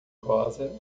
rosa